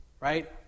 Right